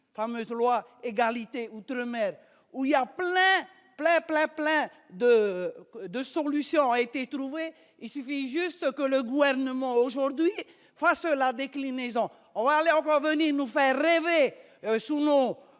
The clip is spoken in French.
Femmes de loi égalité outre-mer où il y a plein plein plein plein de de solution a été trouvée, il suffit juste que le gouvernement aujourd'hui face la déclinaison on va encore venez nous faire rêver sous mon